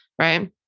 Right